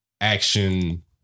action